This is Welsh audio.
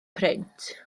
print